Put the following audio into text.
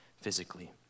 physically